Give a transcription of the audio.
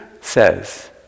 says